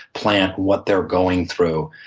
plant, what they're going through.